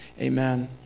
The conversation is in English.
Amen